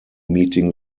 meeting